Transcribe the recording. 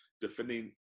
defending